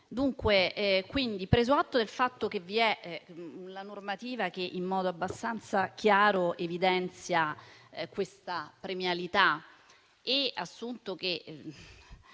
Presidente, preso atto del fatto che la normativa, in modo abbastanza chiaro, evidenzia questa premialità e assunto che